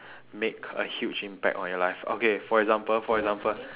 make a huge impact on your life okay for example for example